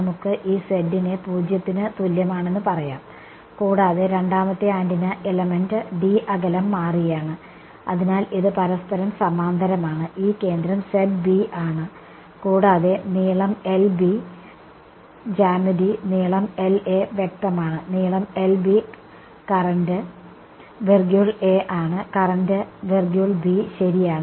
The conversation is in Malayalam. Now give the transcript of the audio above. നമുക്ക് ഈ z നെ 0 ത്തിനു തുല്യമാണെന്ന് പറയാം കൂടാതെ രണ്ടാമത്തെ ആന്റിന എലമെന്റ് d അകലം മാറിയാണ് എന്നാൽ ഇത് പരസ്പരം സമാന്തരമാണ് ഈ കേന്ദ്രം ആണ് കൂടാതെ നീളം ജ്യാമിതി നീളം വ്യക്തമാണ് നീളം കറന്റ് ആണ് കറന്റ് ശരിയാണ്